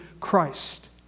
Christ